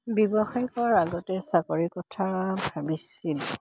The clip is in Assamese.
ব্যৱসায় কৰাৰ আগতে চাকৰিৰ কথা ভাবিছিল